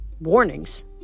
warnings